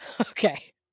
Okay